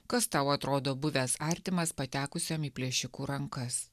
kas tau atrodo buvęs artimas patekusiam į plėšikų rankas